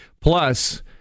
Plus